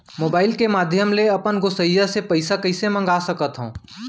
Mobile के माधयम ले अपन गोसैय्या ले पइसा कइसे मंगा सकथव?